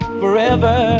forever